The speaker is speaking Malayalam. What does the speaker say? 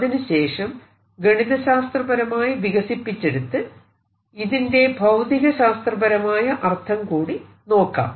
അതിനുശേഷം ഗണിത ശാസ്ത്രപരമായി വികസിപ്പിച്ചെടുത്ത് ഇതിന്റെ ഭൌതികശാസ്ത്രപരമായ അർഥം കൂടി നോക്കാം